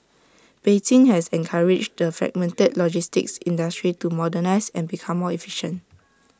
Beijing has encouraged the fragmented logistics industry to modernise and become more efficient